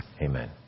Amen